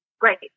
great